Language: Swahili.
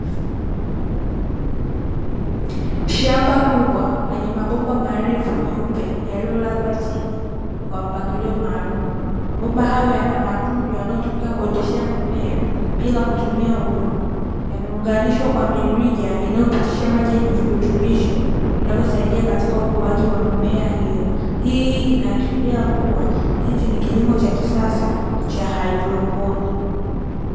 Shamba kubwa lenye mabomba marefu meupe yaliyolazwa chini kwa mapangilio maalumu. Mabomba hayo yanamatundu yanayotumika kuoteshea mimea bila kutumia udongo, yameunganishwa kwa mirija inayopitisha maji yenye virutubisho vinavosaidia katika ukuwaji wa mimea hiyo. Hii inaashiria kuwa hichi ni kilimo cha kisasa cha haidroponi.